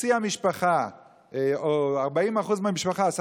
שחצי המשפחה או 40% מהמשפחה חולים,